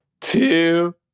two